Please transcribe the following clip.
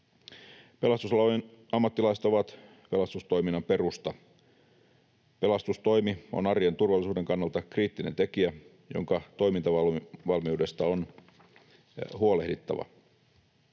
Pelastusalojen ammattilaiset ovat pelastustoiminnan perusta. Pelastustoimi on arjen turvallisuuden kannalta kriittinen tekijä, jonka toimintavalmiudesta on huolehdittava.